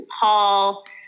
Paul